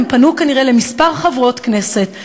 הן פנו כנראה לכמה חברות כנסת,